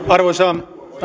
arvoisa